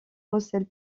recèle